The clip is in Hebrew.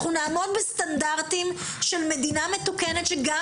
אנחנו נעמוד בסטנדרטים של מדינה מתוקנת שגם